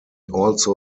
also